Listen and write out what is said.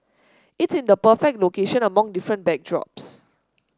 it's in the perfect location among different backdrops